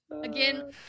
Again